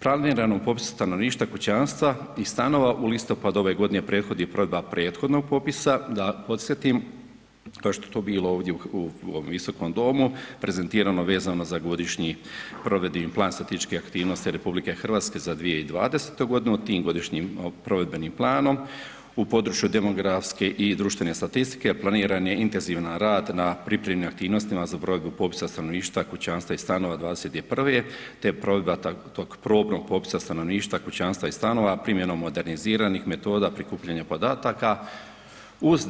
Planirano u popisu stanovništva kućanstva i stanova u listopadu ove godine prethodi provedba prethodnog popisa, da podsjetim kao što je to bilo u ovom visokom domu prezentirano vezano za godišnji provedbeni plan statističkih aktivnosti RH za 2020. godinu, tim godišnjim provedbenim planom u području demografske i društvene statistike planiran je intenzivan rad na pripremnim aktivnostima za provedbu popisa stanovništva kućanstva i stanova '21. te provedba tog probnog popisa stanovništva, kućanstva i stanova primjenom moderniziranih metoda prikupljanja podataka uz